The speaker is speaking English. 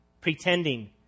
pretending